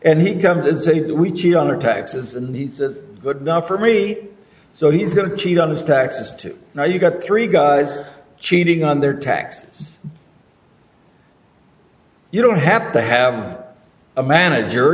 and he come to say that we cheat on our taxes and he says good enough for me so he's going to cheat on his taxes too now you got three guys cheating on their taxes you don't have to have a manager